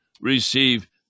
receive